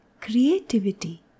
creativity